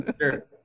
Sure